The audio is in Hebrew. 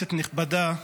כנסת נכבדה,